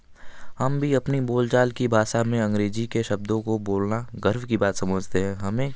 हम भी अपनी बोल चाल की भाषा में अंग्रेजी के शब्दों को बोलना गर्व की बात समझते हैं हमें